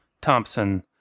Thompson